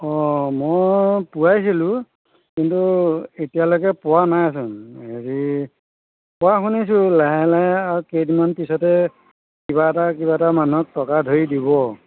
অঁ মই পুবাইছিলোঁ কিন্তু এতিয়ালৈকে পোৱা নাইচোন হেৰি কোৱা শুনিছোঁ লাহে লাহে আৰু কেইদিনমান পিছতে কিবা এটা কিবা এটা মানুহক টকা ধৰি দিব